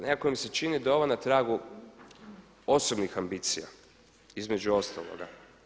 Nekako mi se čini da je ovo na tragu osobnih ambicija, između ostaloga.